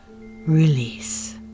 release